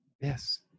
Yes